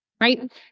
right